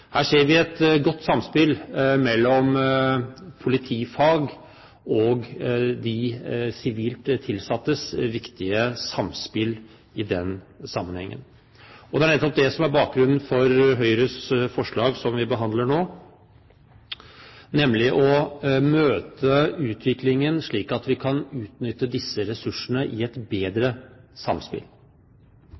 Her ser vi et godt samspill mellom de politifaglige og de sivilt tilsatte. Det er nettopp det som er bakgrunnen for Høyres forslag som vi behandler nå, nemlig å møte utviklingen slik at vi kan utnytte disse ressursene i et bedre samspill.